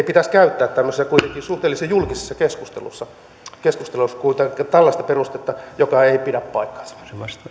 pitäisi käyttää tämmöisessä kuitenkin suhteellisen julkisessa keskustelussa keskustelussa tällaista perustetta joka ei pidä paikkaansa